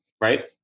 Right